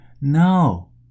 No